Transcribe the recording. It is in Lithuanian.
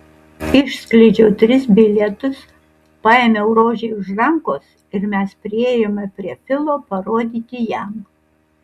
išskleidžiau tris bilietus paėmiau rožei už rankos ir mes priėjome prie filo parodyti jam